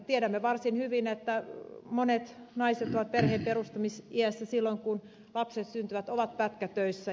tiedämme varsin hyvin että monet naiset ovat perheen perustamisiässä silloin kun lapset syntyvät pätkätöissä